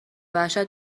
وحشت